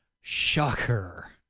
Shocker